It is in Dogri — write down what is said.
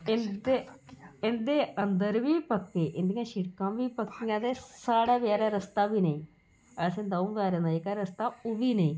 इं'दे अंदर बी पक्के इंदियां शिड़कां बी पक्कियां ते साढ़ै बेचारै रस्ता बी नेईं असें द'ऊं पैरें दा जेह्का रस्ता ओह् बी नेईं